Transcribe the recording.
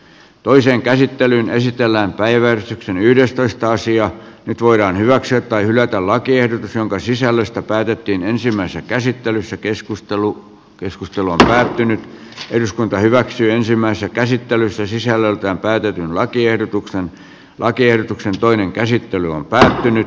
toisen käsittelyn esitellään päivän yhdestoista nyt voidaan hyväksyä tai hylätä lakiehdotus jonka sisällöstä päätettiin ensimmäisessä käsittelyssä keskustelu keskustelu päättynyt eduskunta hyväksyi ensimmäisen käsittelyssä sisällöltään päätetyn lakiehdotuksen lakiehdotuksen toinen käsittely on päättynyt